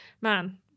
man